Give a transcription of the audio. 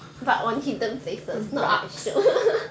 butt